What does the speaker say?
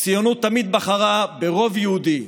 הציונות תמיד בחרה ברוב יהודי.